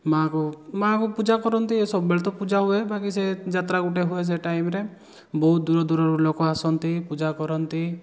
ମାଆକୁ ମାଆଙ୍କୁ ପୂଜା କରନ୍ତି ବାକି ସବୁବେଳେ ତ ପୂଜାହୁଏ ବାକି ସେ ଯାତ୍ରା ଗୋଟେ ହୁଏ ସେ ଟାଇମ୍ରେ ବହୁ ଦୂରଦୂରରୁ ଲୋକ ଆସନ୍ତି ପୂଜା କରନ୍ତି